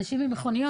אנשים עם מכוניות,